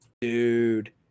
dude